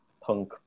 punk